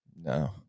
no